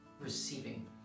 receiving